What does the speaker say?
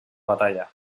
batalla